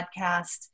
podcast